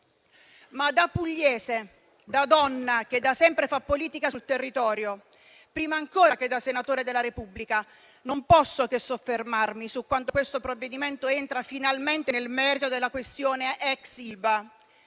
Da pugliese, da donna che da sempre fa politica sul territorio, prima ancora che da senatore della Repubblica, non posso che soffermarmi su quanto questo provvedimento entri finalmente nel merito della questione ex Ilva.